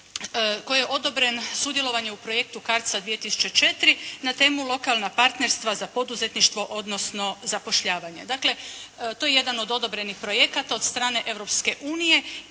kojoj je odobren sudjelovanje u projektu CARDS-a 2004. na temu lokalna partnerstva za poduzetništvo, odnosno zapošljavanje. Dakle, to je jedan od odobrenih projekata od strane